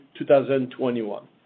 2021